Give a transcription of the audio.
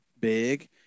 big